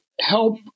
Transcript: help